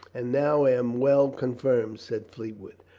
and now am well confirmed, said fleetwood.